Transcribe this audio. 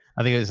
i think it was,